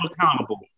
accountable